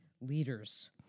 leaders